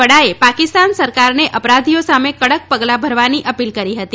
વડાએ પાકિસ્તાન સરકારને અપરાધીઓ સામે કડક પગલાં ભરવાની અપીલ કરી હતી